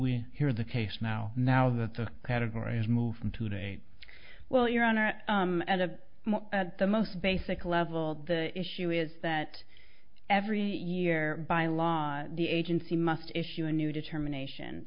we hear the case now now the category is moving today well your honor out of the most basic level the issue is that every year by law the agency must issue a new determination